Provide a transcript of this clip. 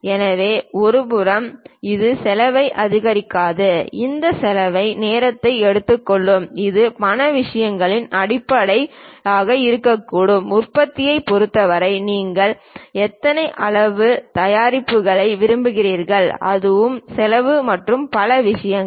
எனவே ஒருபுறம் இது செலவை அதிகரிக்காது இந்த செலவு நேரத்தை எடுத்துக்கொள்ளும் இது பண விஷயங்களின் அடிப்படையில் இருக்கக்கூடும் உற்பத்தியைப் பொறுத்தவரை நீங்கள் எத்தனை அளவு தயாரிக்க விரும்புகிறீர்கள் அதுவும் செலவு மற்றும் பல விஷயங்கள்